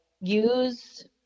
use